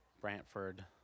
Brantford